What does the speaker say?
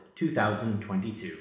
2022